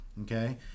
okay